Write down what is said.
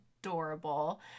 adorable